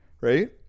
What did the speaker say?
right